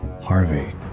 Harvey